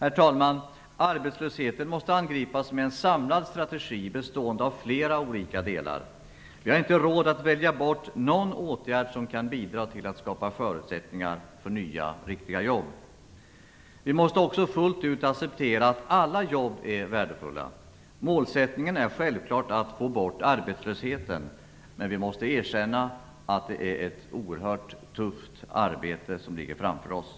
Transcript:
Arbetslösheten måste angripas med en samlad strategi bestående av flera olika delar. Vi har inte råd att välja bort någon åtgärd som kan bidra till att skapa förutsättningar för nya riktiga jobb. Vi måste också fullt ut acceptera att alla jobb är värdefulla. Målsättningen är självklart att få bort arbetslösheten, men vi måste erkänna att det är ett oerhört tufft arbete som ligger framför oss.